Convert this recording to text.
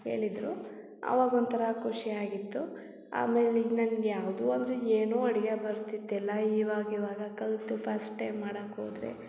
ಹೇಳಿದ್ರು ಅವಾಗ ಒಂಥರ ಖುಷಿ ಆಗಿತ್ತು ಆಮೇಲೆ ಇದು ನನ್ಗೆ ಯಾವುದೂ ಅಂದ್ರೆ ಏನೂ ಅಡುಗೆ ಬರ್ತಿದ್ದಿಲ್ಲ ಇವಾಗ ಇವಾಗ ಕಲಿತು ಫಸ್ಟ್ ಟೈಮ್ ಮಾಡಕ್ಕೆ ಹೋದ್ರೆ